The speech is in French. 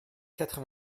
quatre